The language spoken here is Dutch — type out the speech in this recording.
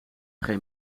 geen